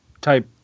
type